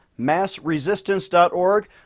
massresistance.org